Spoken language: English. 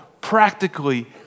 practically